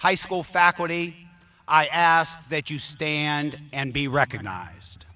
high school faculty i ask that you stand and be recognized